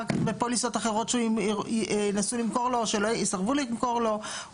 כך בפוליסות אחרות שינסו למכור לו או שיסרבו למכור לו.